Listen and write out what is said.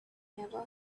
never